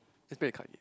just play the card